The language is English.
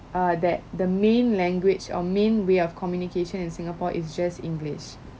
uh that the main language or main way of communication in singapore is just english